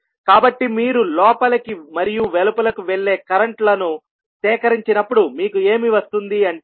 కాబట్టి మీరు లోపలకి మరియు వెలుపల కు వెళ్లే కరెంట్ లను సేకరించినప్పుడు మీకు ఏమి వస్తుంది అంటే 10s1 V01020